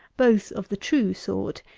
both of the true sort,